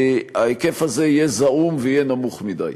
ההיקף הזה יהיה זעום ויהיה נמוך מדי.